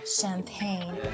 champagne